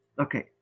Okay